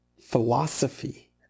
philosophy